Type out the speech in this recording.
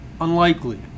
Unlikely